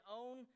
own